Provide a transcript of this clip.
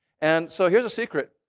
and so here's a secret.